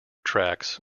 tracks